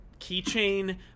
keychain